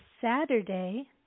Saturday